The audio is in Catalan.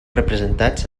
representats